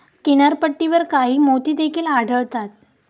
किनारपट्टीवर काही मोती देखील आढळतात